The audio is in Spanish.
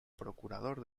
procurador